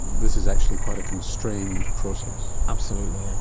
this is actually quite a constrained process. absolutely, and